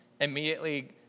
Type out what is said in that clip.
immediately